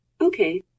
Okay